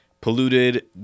polluted